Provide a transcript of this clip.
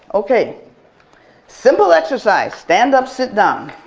okay simple exercise. stand up, sit down.